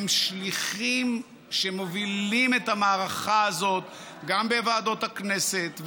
הם שליחים שמובילים את המערכה הזאת גם בוועדות הכנסת,